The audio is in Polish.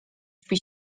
śpi